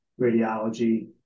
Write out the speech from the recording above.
radiology